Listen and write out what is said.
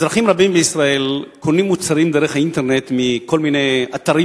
אזרחים רבים בישראל קונים מוצרים דרך האינטרנט מכל מיני אתרים,